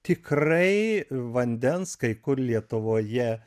tikrai vandens kai kur lietuvoje